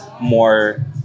more